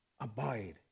abide